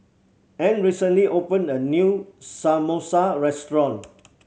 Ann recently opened a new Samosa restaurant